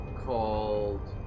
called